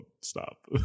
stop